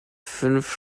fünf